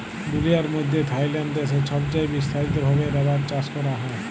দুলিয়ার মইধ্যে থাইল্যান্ড দ্যাশে ছবচাঁয়ে বিস্তারিত ভাবে রাবার চাষ ক্যরা হ্যয়